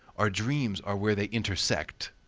our dreams are where they intersect.